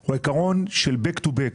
הוא עיקרון של back to back.